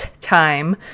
time